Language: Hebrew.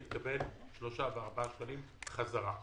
היא תקבל שלושה וארבעה שקלים חזרה.